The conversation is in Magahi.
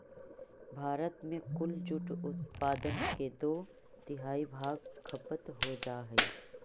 भारत में कुल जूट उत्पादन के दो तिहाई भाग खपत हो जा हइ